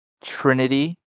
Trinity